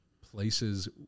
places